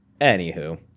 Anywho